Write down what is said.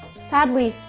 sadly,